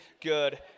good